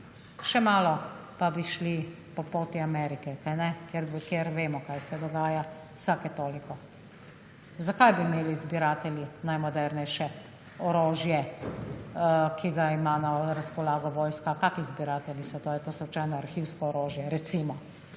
še malo pa bi šli po poti Amerike, kaj ne, kjer vemo kaj se dogaja vsake toliko. zakaj bi imeli zbiratelje najmodernejšega orožja, ki ga ima na razpolago vojska? Kakšni zbiratelji so to, ali je to slučajno arhivsko orožje recimo?